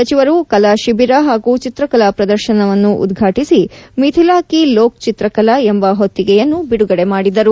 ಸಚಿವರು ಕಲಾ ಶಿಬಿರ ಹಾಗೂ ಚಿತ್ರಕಲಾ ಪ್ರದರ್ಶನವನ್ನು ಉದ್ಘಾಟಿಸಿ ಮುಥಿಲಾ ಕಿ ಲೋಕ್ ಚಿತ್ರಕಲಾ ಎಂಬ ಹೊತ್ತಿಗೆಯನ್ನು ಬಿಡುಗಡೆಮಾಡಿದರು